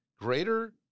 greater